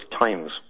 Times